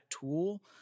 tool